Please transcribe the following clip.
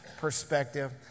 perspective